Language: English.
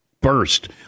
burst